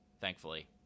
thankfully